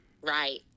right